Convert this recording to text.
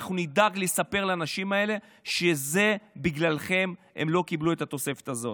אנחנו נדאג לספר לאנשים האלה שבגללכם הם לא קיבלו את התוספת הזאת.